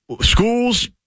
schools